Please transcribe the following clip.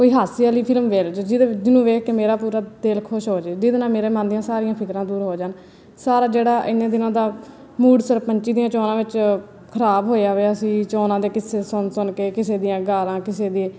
ਕੋਈ ਹਾਸੇ ਵਾਲੀ ਫਿਲਮ ਮਿਲ ਜੇ ਜਿਹਦੇ ਜਿਹਨੂੰ ਵੇਖ ਕੇ ਮੇਰਾ ਪੂਰਾ ਦਿਲ ਖੁਸ਼ ਹੋਜੇ ਜਿਹਦੇ ਨਾਲ ਮੇਰੇ ਮਨ ਦੀਆਂ ਸਾਰੀਆਂ ਫਿਕਰਾਂ ਦੂਰ ਹੋ ਜਾਣ ਸਾਰਾ ਜਿਹੜਾ ਇੰਨੇ ਦਿਨਾਂ ਦਾ ਮੂਡ ਸਰਪੰਚੀ ਦੀਆਂ ਚੋਣਾਂ ਵਿੱਚ ਖਰਾਬ ਹੋਇਆ ਹੋਇਆ ਸੀ ਚੋਣਾਂ ਦੇ ਕਿੱਸੇ ਸੁਣ ਸੁਣ ਕੇ ਕਿਸੇ ਦੀਆਂ ਗਾਲਾਂ ਕਿਸੇ ਦੇ